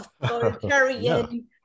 authoritarian